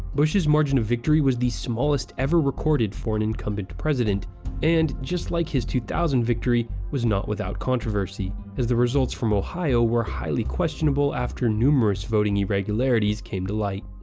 bush's margin of victory was the smallest ever recorded for an incumbent president and, just like his two thousand victory, was not without controversy, as the results from ohio were highly questionable after numerous voting irregularities came to light.